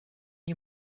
you